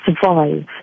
survive